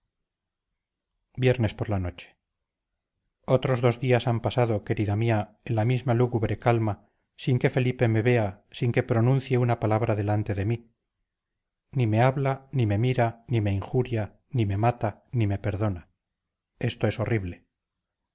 viernes por la noche otros dos días han pasado querida mía en la misma lúgubre calma sin que felipe me vea sin que pronuncie una palabra delante de mí ni me habla ni me mira ni me injuria ni me mata ni me perdona esto es horrible